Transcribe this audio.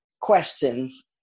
questions